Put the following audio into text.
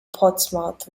portsmouth